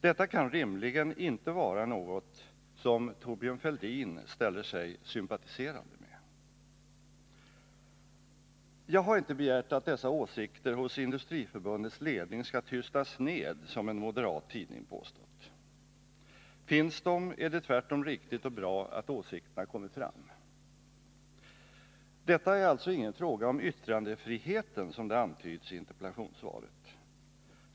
Detta kan rimligen inte vara något som Thorbjörn Fälldin ställer sig sympatiserande med. Jag har inte begärt att dessa åsikter hos Industriförbundets ledning skall tystas ned, som en moderat tidning påstått. Finns de är det tvärtom riktigt och bra att åsikterna kommer fram. Detta är alltså ingen fråga om yttrandefriheten, som det antyds i interpellationssvaret.